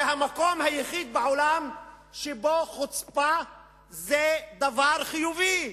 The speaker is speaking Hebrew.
זה המקום היחיד בעולם שבו חוצפה זה דבר חיובי.